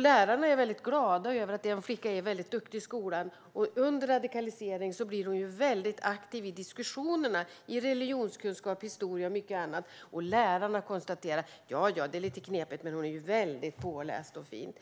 Lärarna är väldigt glada över att en av flickorna är väldigt duktig i skolan. Under radikaliseringen blir hon väldigt aktiv i diskussionerna i religionskunskap, historia och annat. Ja, ja, säger lärarna, det är lite knepigt, men hon är väldigt påläst och fin.